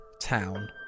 town